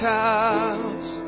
house